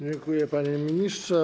Dziękuję, panie ministrze.